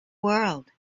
world